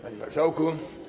Panie Marszałku!